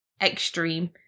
extreme